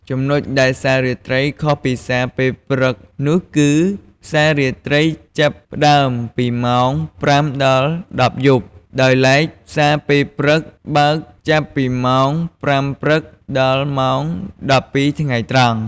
ចំណុចដែលផ្សារាត្រីខុសពីផ្សារពេលព្រឹកនោះគឺ ផ្សារាត្រីបើកចាប់ពីម៉ោង ៥ដល់១០យប់ ដោយឡែកផ្សារពេលព្រឹកបើកចាប់ពីម៉ោង ៥ព្រឹកដល់ម៉ោង១២ថ្ងៃត្រង់។